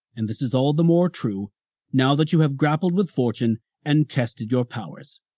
and, this is all the more true now that you have grappled with fortune and tested your powers.